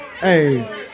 Hey